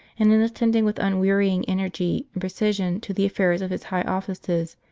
and in attending with unwearying energy and precision to the affairs of his high offices,